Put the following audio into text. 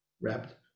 wrapped